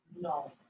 No